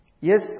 Yes